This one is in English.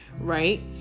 Right